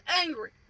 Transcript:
angry